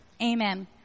Amen